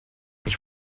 ich